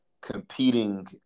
competing